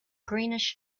greenish